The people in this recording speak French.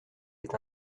est